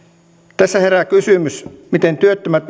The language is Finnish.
tässä herää kysymys miten työttömät